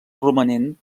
romanent